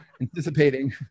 anticipating